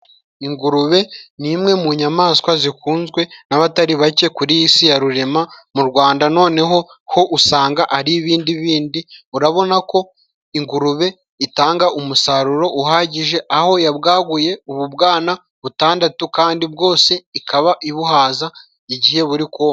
Ingurube ni imwe mu nyamaswa zikunzwe n'abatari bake kuri iyi si ya rurema. Mu Rwanda noneho ho usanga ari ibindi bindi. Urabona ko ingurube itanga umusaruro uhagije, aho yabwaguye ububwana butandatu, kandi bwose ikaba ibuhaza igihe buri kunka.